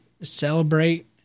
celebrate